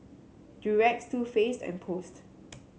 Durex Too Faced and Post